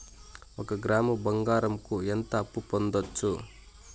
ఒక గ్రాము బంగారంకు ఎంత అప్పు పొందొచ్చు